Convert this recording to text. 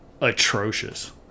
atrocious